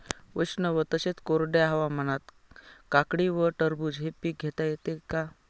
उष्ण तसेच कोरड्या हवामानात काकडी व टरबूज हे पीक घेता येते का?